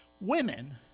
Women